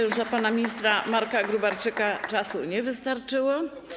Już dla pana ministra Marka Gróbarczyka czasu nie wystarczyło.